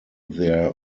their